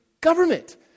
government